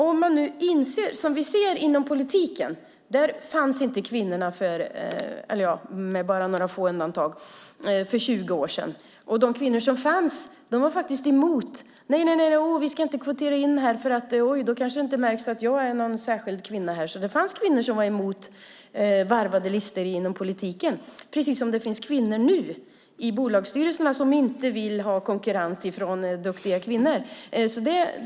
Om vi ser på hur det har varit i politiken fanns inte kvinnorna, med några få undantag, för 20 år sedan. De kvinnor som fanns var emot: Nej, vi ska inte kvotera in här, för då kanske det inte märks att jag är någon särskild kvinna! Det fanns kvinnor som var emot varvade listor inom politiken, precis som det nu finns kvinnor i bolagsstyrelserna som inte vill ha konkurrens från duktiga kvinnor.